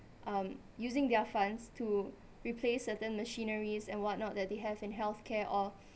um using their funds to replace certain machineries and whatnot that they have in health care or